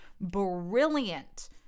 brilliant